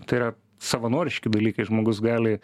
tai yra savanoriški dalykai žmogus gali